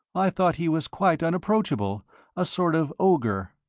i thought he was quite unapproachable a sort of ogre.